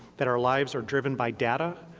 that our lives are driven by data.